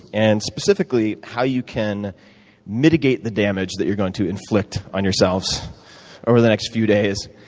and specifically, how you can mitigate the damage that you're going to inflict on yourselves over the next few days.